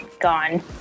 gone